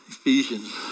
Ephesians